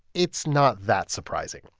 it's not that surprising.